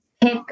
pick